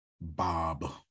Bob